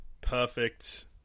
perfect